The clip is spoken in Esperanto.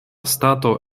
stato